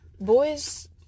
boys